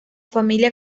familia